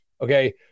okay